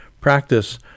practice